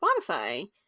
spotify